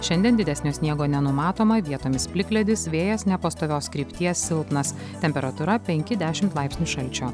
šiandien didesnio sniego nenumatoma vietomis plikledis vėjas nepastovios krypties silpnas temperatūra penki dešimt laipsnių šalčio